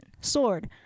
Sword